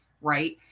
right